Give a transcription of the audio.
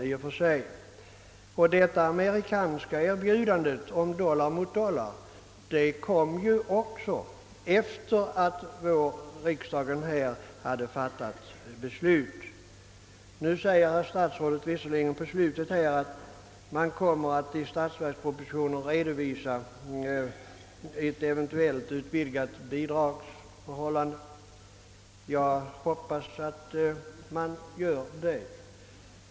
Dessutom kom det amerikanska erbjudandet om dollar mot dollar efter det att riksdagen fattat sitt beslut. Nu säger visserligen statsrådet i slutet av sitt svar, att eventuella överväganden från svensk sida om en utvidgning av stödet till Internationella livsmedelsprogrammet kommer att redovisas i statsverkspropositionen.